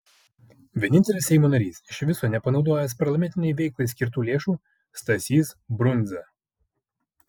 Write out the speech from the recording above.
vienintelis seimo narys iš viso nepanaudojęs parlamentinei veiklai skirtų lėšų stasys brundza